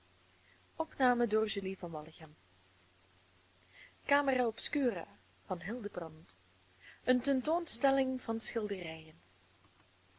komt eene tentoonstelling van schilderijen